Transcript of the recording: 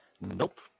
Nope